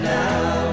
now